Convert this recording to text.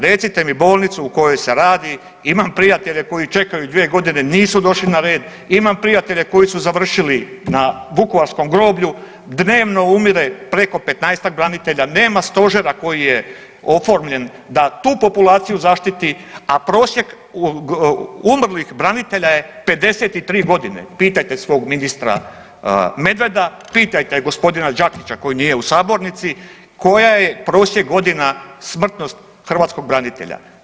Recite mi bolnicu u kojoj se radi, imam prijatelje koji čekaju 2 godine, nisu došli na red, imam prijatelje koji su završili na Vukovarskom groblju, dnevno umire preko 15-tak branitelja, nema stožera koji je oformljen da tu populaciju zaštiti, a prosjek umrlih branitelja je 53 godine, pitajte svog ministra Medveda, pitajte gospodina Đakića koji nije u sabornici koja je prosjek godina smrtnost hrvatskog branitelja.